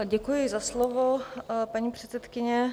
Děkuji za slovo, paní předsedkyně.